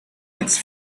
its